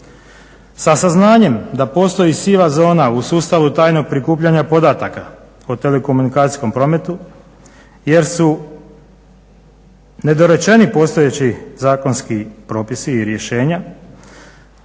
Sa saznanjem da postoji siva zona u sustavu tajnog prikupljanja podataka u telekomunikacijskom prometu jer su nedorečeni postojeći zakonski propisi i rješenja,